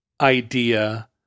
idea